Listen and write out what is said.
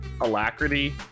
alacrity